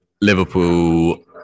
Liverpool